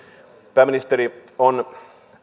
pääministeri on